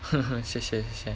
谢谢谢谢